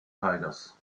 tigers